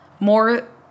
more